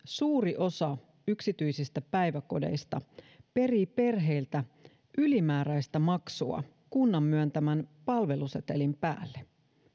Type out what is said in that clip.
suuri osa yksityisistä päiväkodeista perii perheiltä ylimääräistä maksua kunnan myöntämän palvelusetelin päälle